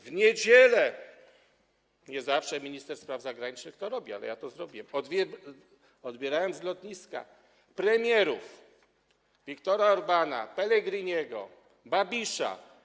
W niedzielę - nie zawsze minister spraw zagranicznych to robi, ale ja to zrobiłem - odbierałem z lotniska premierów Victora Orbána, Pellegriniego, Babiša.